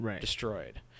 destroyed